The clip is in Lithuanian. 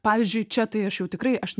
pavyzdžiui čia tai aš jau tikrai aš